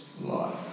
life